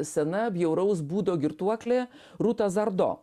sena bjauraus būdo girtuoklė ruta zardo